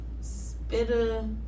Spitter